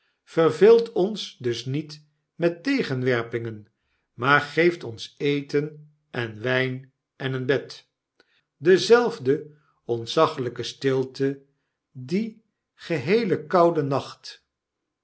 verveelt ons dus niet mettegenwerpingen maar geeft ons eten en wyn en een bed dezelfde ontzaglyke stilte diengeheelenkouden nacht